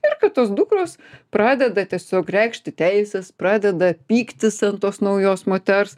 ir kad tos dukros pradeda tiesiog reikšti teises pradeda pyktis ant tos naujos moters